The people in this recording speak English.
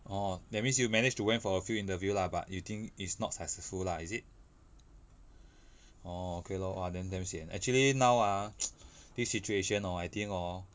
orh that means you managed to went for a few interview lah but you think is not successful lah is it orh okay lor !wah! then damn sian actually now ah this situation hor I think hor